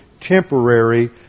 temporary